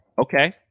Okay